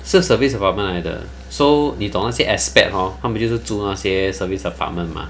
是 service apartment 来的 so 你懂那些 expat hor 他们就是住那些 service apartment mah